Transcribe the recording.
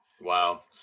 Wow